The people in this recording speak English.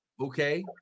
okay